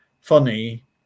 funny